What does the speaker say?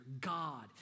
God